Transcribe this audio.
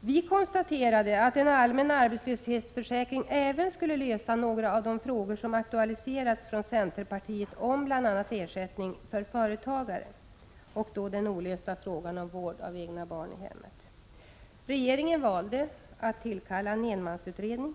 Vi konstaterade att en allmän arbetslöshetsförsäkring även skulle lösa några av de frågor som aktualiserats av centerpartiet, bl.a. ersättning för företagare och den olösta frågan om vård av egna barn i hemmet. Regeringen valde att tillkalla en enmansutredning.